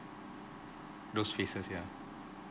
those phases yeah